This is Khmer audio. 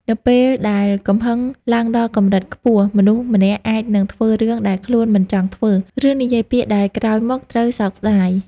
នៅពេលដែលកំហឹងឡើងដល់កម្រិតខ្ពស់ មនុស្សម្នាក់អាចនឹងធ្វើរឿងដែលខ្លួនមិនចង់ធ្វើ ឬនិយាយពាក្យដែលក្រោយមកត្រូវសោកស្ដាយ។